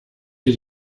dir